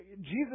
Jesus